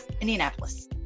Indianapolis